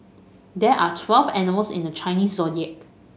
there are twelve animals in the Chinese Zodiac